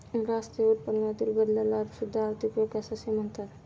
राष्ट्रीय उत्पन्नातील बदलाला सुद्धा आर्थिक विकास असे म्हणतात